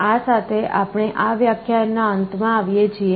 આ સાથે આપણે આ વ્યાખ્યાન ના અંત માં આવીએ છીએ